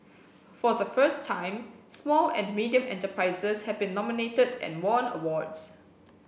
for the first time small and medium enterprises have been nominated and won awards